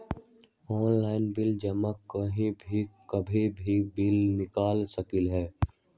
Online bill जमा कहीं भी कभी भी बिल निकाल सकलहु ह?